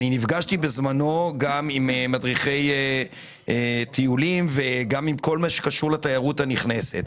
בזמנו נפגשתי גם עם מדריכי טיולים ובכל מה שקשור לתיירות הנכנסת.